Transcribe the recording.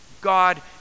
God